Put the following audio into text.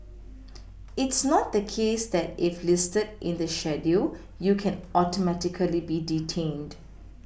it's not the case that if listed in the schedule you can Automatically be detained